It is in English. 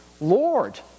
Lord